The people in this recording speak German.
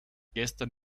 gestern